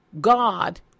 God